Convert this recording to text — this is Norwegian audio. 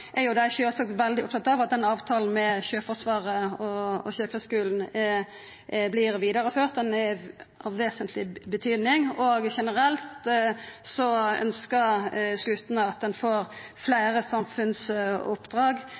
er jo dei sjølvsagt opptatt av at avtalen med Sjøforsvaret og Sjøkrigsskulen vert vidareført. Han er av vesentleg betyding. Generelt ønskjer skutene at ein får fleire samfunnsoppdrag,